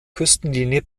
küstenlinie